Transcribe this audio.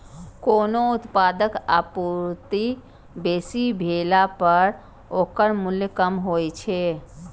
कोनो उत्पादक आपूर्ति बेसी भेला पर ओकर मूल्य कम होइ छै